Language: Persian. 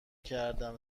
کردم